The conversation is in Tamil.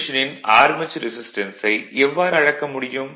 மெஷினின் ஆர்மெச்சூர் ரெசிஸ்டன்ஸை எவ்வாறு அளக்க முடியும்